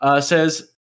says